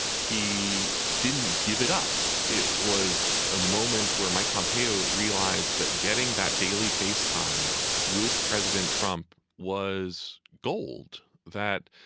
he didn't give it up. it was a moment where mike pompeo realized that getting that daily face time with president trump was gold, that,